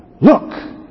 Look